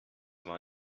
war